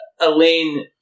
Elaine